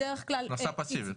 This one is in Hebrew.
הכנסה פסיבית.